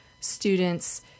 students